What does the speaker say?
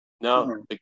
No